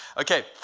Okay